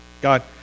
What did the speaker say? God